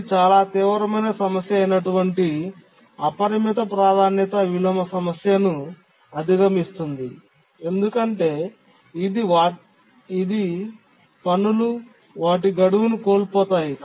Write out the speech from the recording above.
ఇది చాలా తీవ్రమైన సమస్య అయినటువంటి అపరిమిత ప్రాధాన్యత విలోమ సమస్యను అధిగమిస్తుంది ఎందుకంటే ఇది పనులు వాటి గడువును కోల్పోతాయి